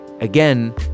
Again